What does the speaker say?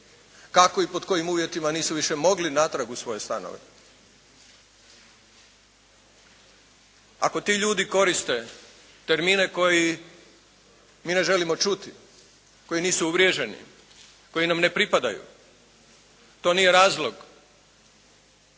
kako i pod kojim uvjetima nisu više mogli natrag u svoje stanove. Ako ti ljudi koriste termine koje mi ne želimo čuti, koji nisu uvriježeni, koji nam ne pripadaju to nije razlog